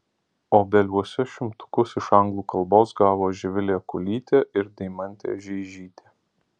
obeliuose šimtukus iš anglų kalbos gavo živilė kulytė ir deimantė žeižytė